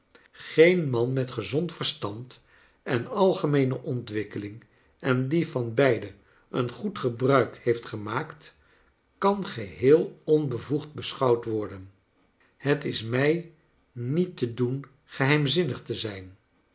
geen man met gezond ver stand en algemeene ontwikkeling en die van beide een goed gebruik heeft gemaakt kan geheel onbevoegd beschouwd worden het is mij niet te doen geheimzinnig te zijn